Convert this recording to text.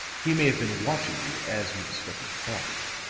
he may have been watching you as you discovered the body,